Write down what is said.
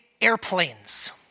airplanes